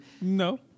No